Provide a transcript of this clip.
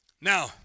Now